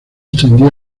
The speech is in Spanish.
extendía